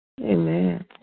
Amen